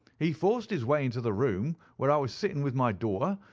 he forced his way into the room, where i was sitting with my daughter,